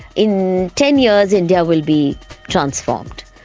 in ten years india will be transformed.